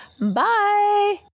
Bye